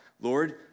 Lord